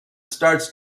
starts